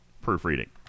Proofreading